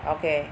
okay